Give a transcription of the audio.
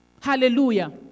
Hallelujah